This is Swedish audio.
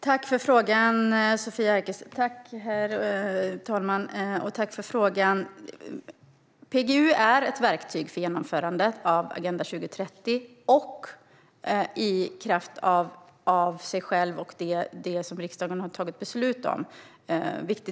Herr talman! Tack för frågan, Sofia Arkelsten! PGU är ett verktyg för genomförandet av Agenda 2030 i kraft av sig självt och det riksdagen har fattat beslut om.